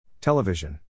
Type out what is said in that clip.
Television